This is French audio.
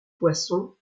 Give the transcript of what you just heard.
poisson